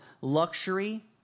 luxury